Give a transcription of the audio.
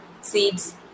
seeds